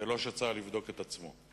ולא שצה"ל יבדוק את עצמו.